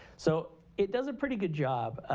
so it does a pretty good job.